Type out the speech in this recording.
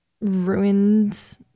ruined